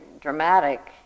dramatic